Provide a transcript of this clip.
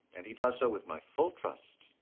and he does so with my full trust.